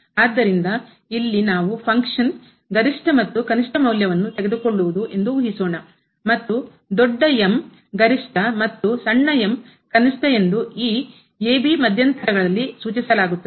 ಆದ್ದರಿಂದ ಇಲ್ಲಿ ನಾವು ಫಂಕ್ಷನ್ ಕಾರ್ಯ ಗರಿಷ್ಠ ಮತ್ತು ಕನಿಷ್ಠ ಮೌಲ್ಯವನ್ನು ತೆಗೆದುಕೊಳ್ಳುವುದು ಎಂದು ಊಹಿಸೋಣ ಮತ್ತು ದೊಡ್ಡ M ಗರಿಷ್ಠ ಮತ್ತು ಸಣ್ಣ ಕನಿಷ್ಠ ಎಂದು b ಮಧ್ಯಂತರಗಳಲ್ಲಿ ಸೂಚಿಸಲಾಗುತ್ತದೆ